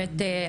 האמת,